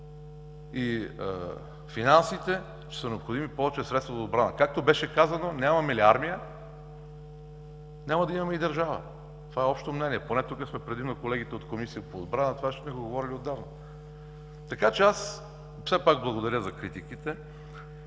и финансите, че са необходими повече средства за отбрана. Както беше казано: нямаме ли армия, няма да имаме държава. Това е общо мнение. Тук сме предимно колегите от Комисията по отбрана – говорили сме го отдавна. Благодаря за критиките.